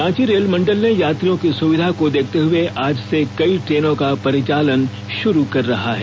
Ranchi rail मंडल ने यात्रियों की सुविधा को देखते हुए आज से कई ट्रेनों का परिचालन शुरू कर रहा है